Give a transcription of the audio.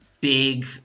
big